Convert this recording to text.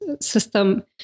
system